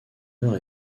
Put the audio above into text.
heure